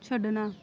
ਛੱਡਣਾ